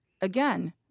again